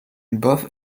both